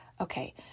okay